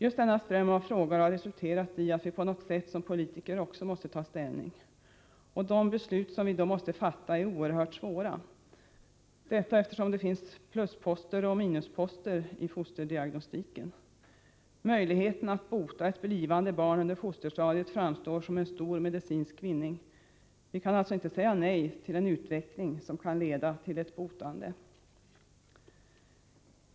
Just denna ström av frågor har resulterat i att vi som politiker på något sätt måste ta ställning. De beslut som vi då måste fatta är oerhört svåra, detta eftersom det finns plusposter och minusposter i fosterdiagnostiken. Möjligheten att bota ett blivande barn under fosterstadiet framstår som en stor medicinsk vinning. Vi kan alltså inte säga nej till en utveckling som kan leda till ett botande.